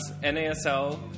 NASL